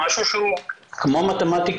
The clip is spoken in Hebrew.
או משהו שהוא כמו מתמטיקה,